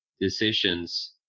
decisions